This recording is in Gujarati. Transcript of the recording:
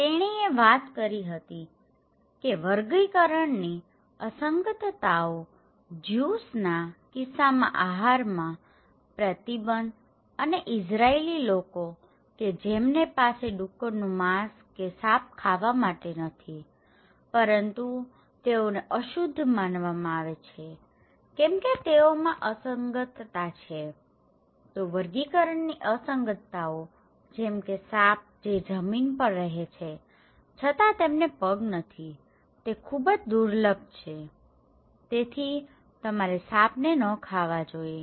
તેણીએ વાત કરી હતી કે વર્ગીકરણની અસંગતતાઓ જયુસ ના કિસ્સામાં આહારમાં પ્રતિબંધ અને ઇઝરાયેલી લોકો કે જેમની પાસે ડુક્કરનું માંસ કે સાપ ખાવા માટે નથી પરંતુ તેઓને અશુદ્ધ માનવામાં આવે છે કેમકે તેઓમાં અસંગતતા છેતો વર્ગીકરણની અસંગતતાઓ જેમકે સાપજે જમીન પર રહે છે છતાં તેમને પગ નથી તે ખૂબ જ દુર્લભ છે તેથી તમારે સાપને ન ખાવા જોઈએ